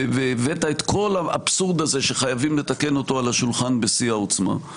והבאת את כל האבסורד הזה שחייבים לתקן אותו על השולחן בשיא העוצמה.